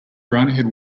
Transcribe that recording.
brownhaired